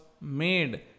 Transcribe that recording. made